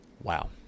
Wow